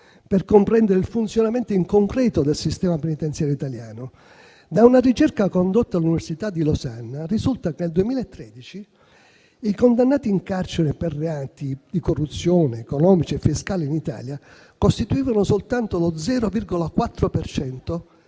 per comprendere il funzionamento in concreto del sistema penitenziario italiano. Da una ricerca condotta all'Università di Losanna risulta che nel 2013 i condannati in carcere per reati di corruzione, economici e fiscali in Italia costituivano soltanto lo 0,4